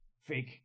fake